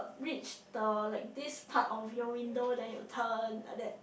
reach the like this part of your window then you turn like that